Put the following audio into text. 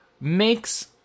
makes